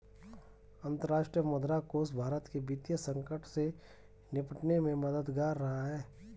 अंतर्राष्ट्रीय मुद्रा कोष भारत के वित्तीय संकट से निपटने में मददगार रहा है